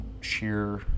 sheer